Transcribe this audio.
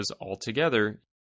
altogether